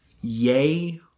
Yay